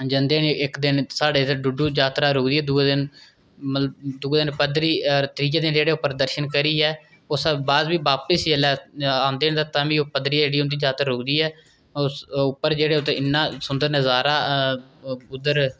जंदे न इक दिन साढ़े इत्थै डुड्डू जात्तरा रुकदी ऐ दूऐ दिन मतलब दूऐ दिन पद्दरी त्रीयै दिन जेह्ड़े उप्पर दर्शन करियै उस दा बाद बी बापस जेल्लै औंदे न ते तां बी ओह् पद्दरी जेह्ड़ी होंदी ऐ ओह् जात्तर रुकदी ऐ उस उप्पर जेह्ड़े उत्त इन्ना उं'दा नजारा उद्धर